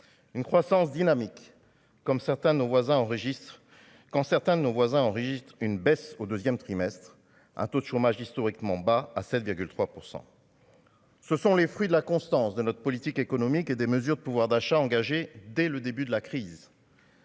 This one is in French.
nos voisins enregistre quand certains de nos voisins, enregistre une baisse au 2ème trimestre un taux de chômage historiquement bas à 7,3 %. Ce sont les fruits de la constance de notre politique économique et des mesures de pouvoir d'achat engagées dès le début de la crise.